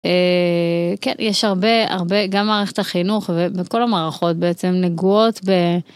כן יש הרבה הרבה גם מערכת החינוך וכל המערכות בעצם נגועות.